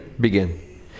Begin